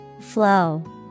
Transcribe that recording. Flow